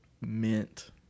mint